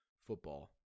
football